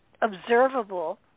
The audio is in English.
observable